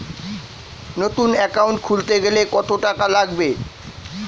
নতুন একাউন্ট খুলতে গেলে কত টাকা লাগবে?